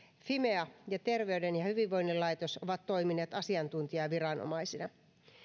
fimea ja terveyden ja hyvinvoinnin laitos ovat toimineet asiantuntijaviranomaisina